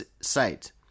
site